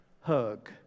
hug